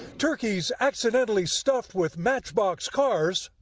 turkeys accidentally stuffed with match boxcars,